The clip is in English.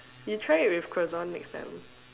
you try it with croissant next time